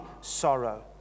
sorrow